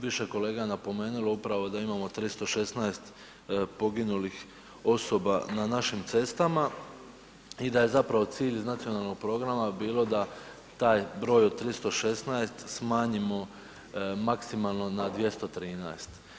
Više kolega je napomenulo upravo da imamo 316 poginulih osoba na našim cestama i da je zapravo cilj iz nacionalnog programa bilo da taj broj od 316 smanjimo maksimalno na 213.